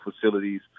facilities